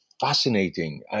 fascinating